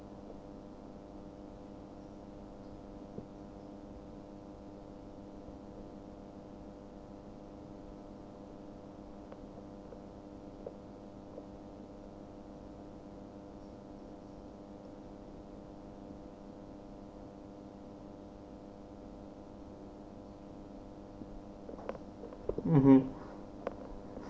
mmhmm